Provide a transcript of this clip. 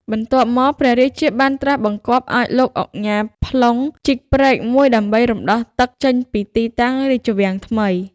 បន្ទាប់មកព្រះរាជា បានត្រាសបង្គាប់ឱ្យ លោកឧញ៉ាផ្លុង ជីកព្រែកមួយដើម្បីរំដោះទឹកចេញពីទីតាំងរាជវាំងថ្មី ។